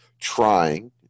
trying